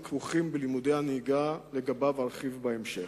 ועליו ארחיב בהמשך.